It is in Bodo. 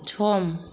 सम